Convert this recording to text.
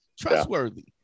trustworthy